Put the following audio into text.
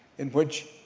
in which,